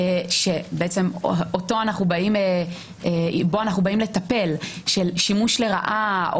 בעצם בו אנחנו באים לטפל של שימוש לרעה,